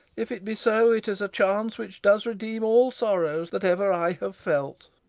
if it be so, it is a chance which does redeem all sorrows that ever i have felt.